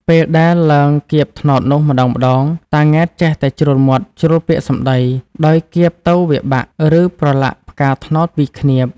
ពេលដែលឡើងគាបត្នោតនោះ ម្តងៗ តាង៉ែតចេះតែជ្រុលមាត់ ជ្រុលពាក្យសម្ដី ដោយគាបទៅវាបាក់ ឬក្រឡាច់ផ្កាត្នោតពីឃ្នាប ។